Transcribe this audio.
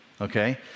okay